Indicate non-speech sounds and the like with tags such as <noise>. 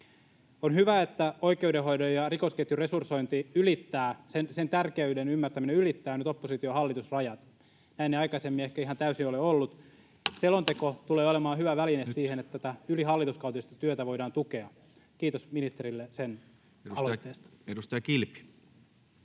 On hyvä, että oikeudenhoidon ja rikosketjun resursoinnin tärkeyden ymmärtäminen ylittää nyt oppositio—hallitus-rajat. Näin ei aikaisemmin ehkä ihan täysin ole ollut. <noise> Selonteko tulee olemaan hyvä väline siihen, [Puhemies: Nyt!] että tätä ylihallituskautista työtä voidaan tukea. [Leena Meren välihuuto] Kiitos ministerille sen aloitteesta. [Speech 127]